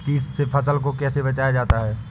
कीट से फसल को कैसे बचाया जाता हैं?